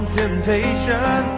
temptation